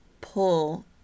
pull